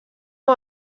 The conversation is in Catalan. amb